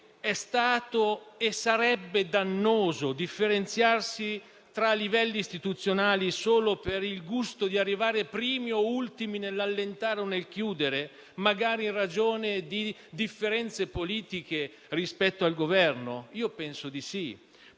è stato e sarebbe dannoso differenziarsi tra livelli istituzionali solo per il gusto di arrivare primi o ultimi nell'allentare o nel chiudere, magari in ragione di differenze politiche rispetto al Governo? Penso di sì.